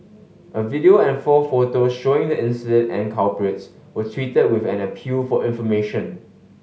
a video and four photos showing the incident and the culprits were tweeted with an appeal for information